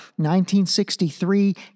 1963